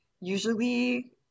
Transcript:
usually